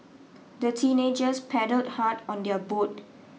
the teenagers paddled hard on their boat